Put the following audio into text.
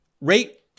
rate